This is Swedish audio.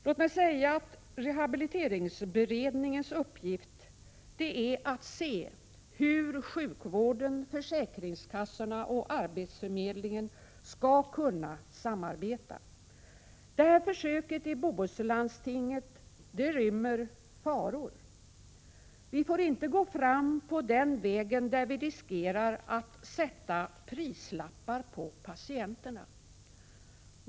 Låt mig säga att rehabiliteringsberedningens uppgift är att se hur sjukvården, försäkringskassorna och arbetsförmedlingen skall kunna samarbeta. Det här försöket i Bohuslandstinget rymmer faror. Vi får inte gå fram på en väg där vi riskerar att sätta prislappar på patienterna.